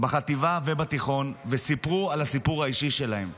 בחטיבה ובתיכון וסיפרו את הסיפור האישי שלהם.